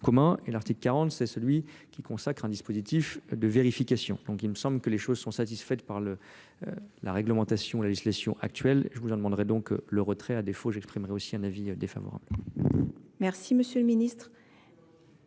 communs et l'article quarante c'est celui qui consacre un dispositif de vérification donc il me semble que les choses sont satisfaites par la réglementation, la législation actuelle et je vous en demanderai donc euh le retrait. à défaut, j'exprimerai aussi un avis euh défavorable, merci M. le ministre.